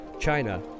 China